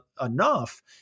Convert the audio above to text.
enough